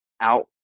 out